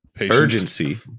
urgency